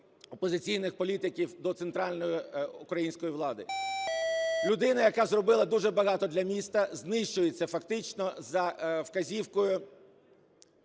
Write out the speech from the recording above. опозиційних політиків до центральної української влади. Людина, яка зробила дуже багато для міста, знищується фактично за вказівкою